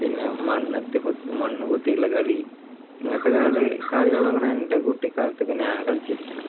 പിന്നെ മണ്ണെത്തി പൊത്തി മണ്ണ് പൊത്തിയുള്ള കളി ഇങ്ങനത്തെ കളികളാണ് എൻ്റെ കുട്ടിക്കാലത്തൊക്കെ ഞാൻ കളിച്ചിരിക്കണേ